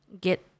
get